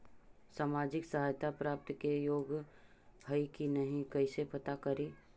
सामाजिक सहायता प्राप्त के योग्य हई कि नहीं कैसे पता करी?